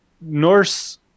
Norse